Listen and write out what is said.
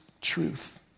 truth